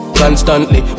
constantly